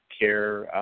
care